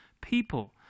people